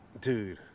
dude